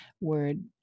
word